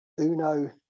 uno